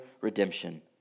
redemption